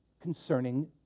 concerning